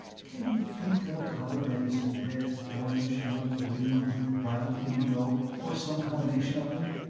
can you think of a color that isn't red, orange, yellow, green, blue, violet, indigo or some combination of them?